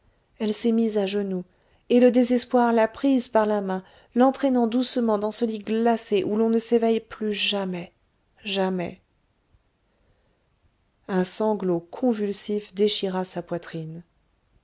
elle s'est mise à genoux et le désespoir l'a prise par la main l'entraînant doucement dans ce lit glacé où l'on ne s'éveille plus jamais jamais un sanglot convulsif déchira sa poitrine